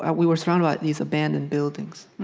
ah we were surrounded by these abandoned buildings,